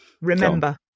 remember